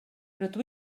rydw